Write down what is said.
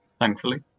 thankfully